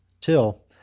Till